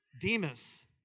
Demas